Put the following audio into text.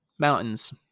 Mountains